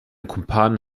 kumpanen